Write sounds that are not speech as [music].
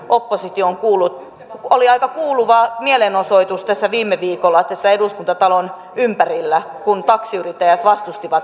[unintelligible] oppositio on kuullut oli aika kuuluva mielenosoitus viime viikolla tässä eduskuntatalon ympärillä kun taksiyrittäjät vastustivat